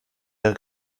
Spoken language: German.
der